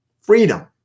freedom